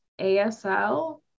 ASL